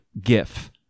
gif